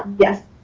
yes,